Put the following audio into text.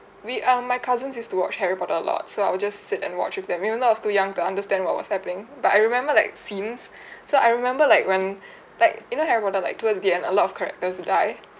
we um my cousins used to watch harry potter a lot so I would just sit and watch with them even though I was too young to understand what was happening but I remember like scenes so I remember like when like you know harry potter like towards the end a lot of characters die